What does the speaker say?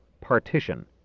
partition